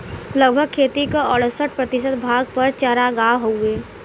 लगभग खेती क अड़सठ प्रतिशत भाग पर चारागाह हउवे